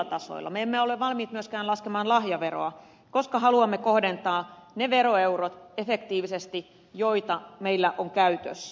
me emme ole valmiit myöskään laskemaan lahjaveroa koska haluamme kohdentaa ne veroeurot efektiivisesti joita meillä on käytössä